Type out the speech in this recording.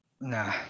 nah